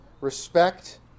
respect